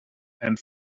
and